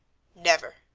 never!